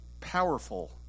powerful